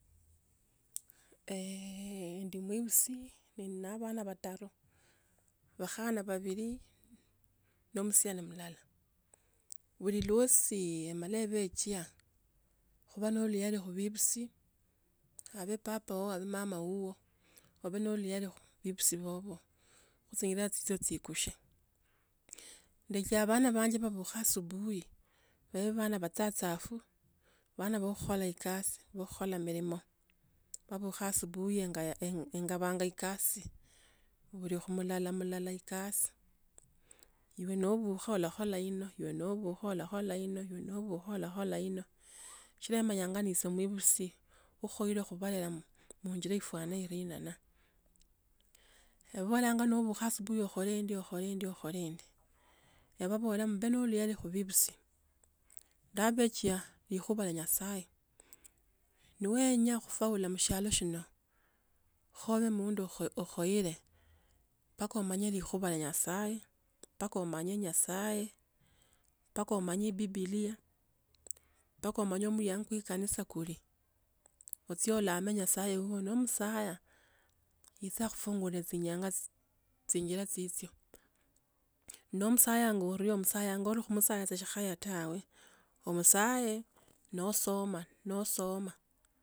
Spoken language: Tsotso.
eeh ndi muibisi ne ni bana bataru, bakhana babili no omusiani mulala, buli lwosi emale nebekia. Khuba ne oluyali khu beibusi, abe papa wowo abe mama wowo, obe no oluyali khu bebusi bobo khuchinjila chicho chikukhe .Ndekia bana banje babukhe asubuhi babe bana basatsafu bana bo khukhola ekasi khukhola milimo, babukha asubuhi engaya- eng- engaba ekasi buli khumulala mulala ekasi. Ibe nobukha olakhola hino ibe nobukha olakhola hino ibe nobukha olakhola hino shikila manya nise muibusi wo khubaila khubalela muinjila ifwana irenana, ebabolanga nobukha asubuhi okhole ndi okhole ndi okhole ndi. Ebabola mubhe no oluyali khu bebusi, ndabaekya likhuwa lya nyasaye. Nowenya kufaula mushialo shino, kho obe mundu okho okhoile, mpaka omanyeli khupa lya nyasaye, mpaka omanye nyasaye ,mpaka omanye bibilia, mpaka omanye muliango kwe kanisa kuli. Ochee olamile nyasaye no omusaya itsa kufungula chinyanga chinjila chichwo.No omusayanga orio omusaya sa shikhaya tawe tawe, omusaye no osoma no osoma.